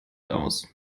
aus